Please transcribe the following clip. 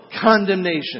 condemnation